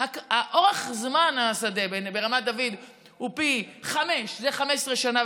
אורך הזמן לשדה ברמת דוד הוא פי חמישה: זה 15 שנה,